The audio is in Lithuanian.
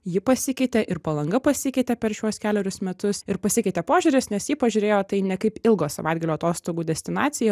ji pasikeitė ir palanga pasikeitė per šiuos kelerius metus ir pasikeitė požiūris nes ji pažiūrėjo į tai ne kaip ilgo savaitgalio atostogų destinaciją